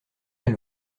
elle